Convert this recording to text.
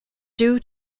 due